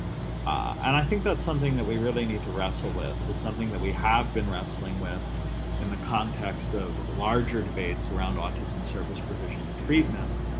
i think that's something that we really need to wrestle with it's something that we have been wrestling with in the context of larger debates around autism service provision and treatment.